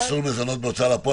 מסלול מזונות בהוצאה לפועל,